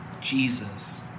Jesus